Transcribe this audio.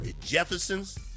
Jefferson's